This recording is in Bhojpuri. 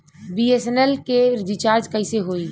बी.एस.एन.एल के रिचार्ज कैसे होयी?